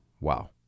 Wow